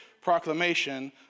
proclamation